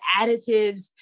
additives